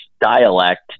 dialect